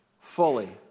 fully